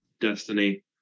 Destiny